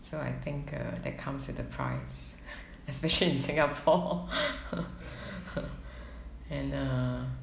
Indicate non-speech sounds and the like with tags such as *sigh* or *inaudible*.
so I think uh that comes with a price especially in Singapore *laughs* and uh